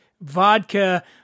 Vodka